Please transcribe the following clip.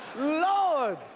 Lord